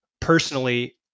personally